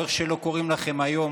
או איך שלא קוראים לכם היום,